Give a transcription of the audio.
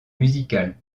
musicales